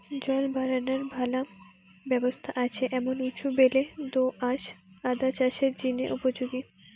জল বারানার ভালা ব্যবস্থা আছে এমন উঁচু বেলে দো আঁশ আদা চাষের জিনে উপযোগী